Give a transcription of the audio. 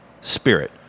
spirit